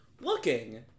Looking